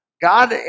God